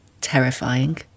terrifying